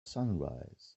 sunrise